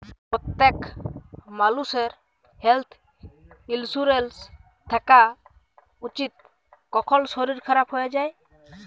প্যত্তেক মালুষের health insurance থ্যাকা উচিত, কখল শরীর খারাপ হয়ে যায়